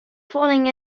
falling